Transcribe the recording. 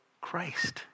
Christ